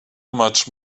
much